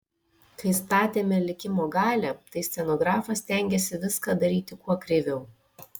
kai statėme likimo galią tai scenografas stengėsi viską daryti kuo kreiviau